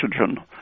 oxygen